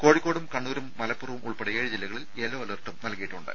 കോഴിക്കോടും കണ്ണൂരും മലപ്പുറവും ഉൾപ്പെടെ ഏഴ് ജില്ലകളിൽ യെല്ലോ അലർട്ടും നൽകിയിട്ടുണ്ട്